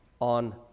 on